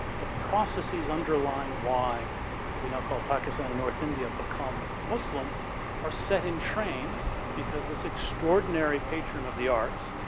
the processes underlying why what we now call pakistan in north india become muslim are setting train because this extraordinary patron of the arts,